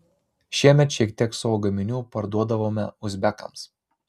šiemet šiek tiek savo gaminių parduodavome uzbekams